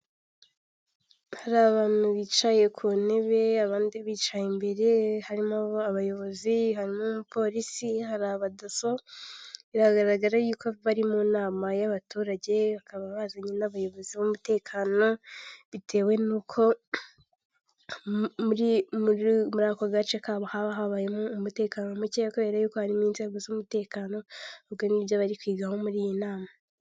Hari abantu bicaye ku ntebe abandi bicaye imbere harimo abayobozi hanyuma polisi hari abadaso, biragaragara yuko abari mu nama y'abaturage bakaba bazanye n'abayobozi b'umutekano bitewe n'uko muri ako gace kabo habayemo umutekano muke kubera harimo inzego z'umutekano ubwo ni byo bari kwigaho muri iyi nama.